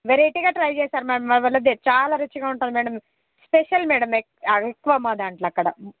వెరైటీగా ట్రై చేశారు మేము మావాళ్ళది చాలా రుచిగా ఉంటుంది మేడం స్పెషల్ మేడం అదెక్కువ మదాంట్ల అక్కడ